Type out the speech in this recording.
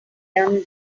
done